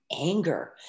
anger